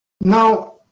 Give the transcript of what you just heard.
Now